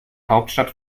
hauptstadt